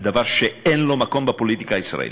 זה דבר שאין לו מקום בפוליטיקה הישראלית.